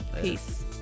Peace